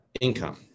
income